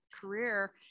career